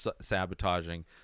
sabotaging